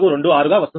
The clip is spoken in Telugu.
426 గా వస్తుంది